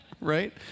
right